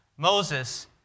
Moses